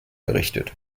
errichtet